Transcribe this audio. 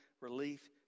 relief